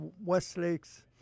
Westlake's